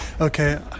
Okay